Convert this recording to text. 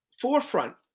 forefront